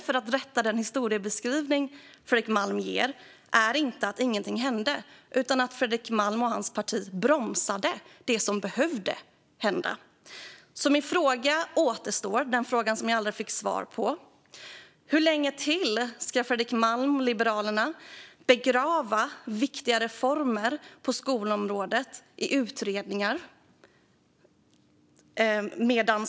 För att rätta den historiebeskrivning som Fredrik Malm ger kan jag berätta att det alltså inte var så att ingenting hände. Det var Fredrik Malm och hans parti som bromsade det som behövde hända. Min fråga återstår. Jag fick aldrig svar på den. Hur länge till ska Fredrik Malm och Liberalerna begrava viktiga reformer på skolområdet i utredningar?